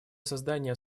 создания